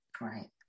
Right